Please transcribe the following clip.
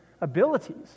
abilities